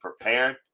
prepared